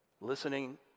listening